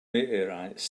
meteorites